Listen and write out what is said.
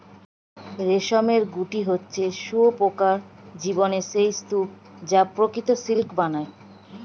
রেশমের গুটি হচ্ছে শুঁয়োপোকার জীবনের সেই স্তুপ যা প্রকৃত সিল্ক বানায়